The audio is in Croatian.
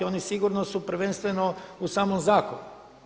Oni sigurno su prvenstveno u samom zakonu.